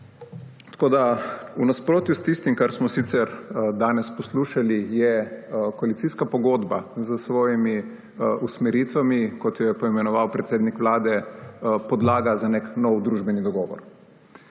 zlom. V nasprotju s tistim, kar smo sicer danes poslušali, je koalicijska pogodba s svojimi usmeritvami, kot jo je poimenoval predsednik Vlade, podlaga za nek nov družbeni dogovor.